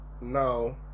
now